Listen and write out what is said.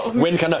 wind kind of